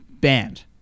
banned